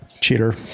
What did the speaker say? Cheater